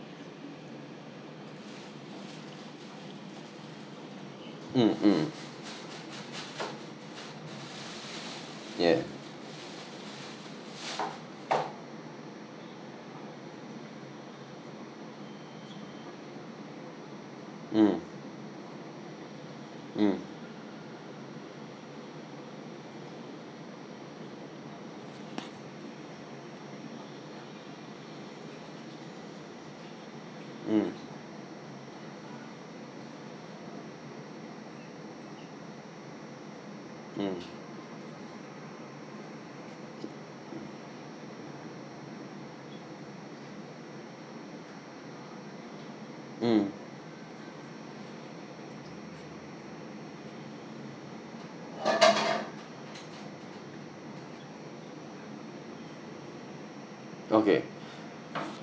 mm mm yeah mm mm mm mm mm okay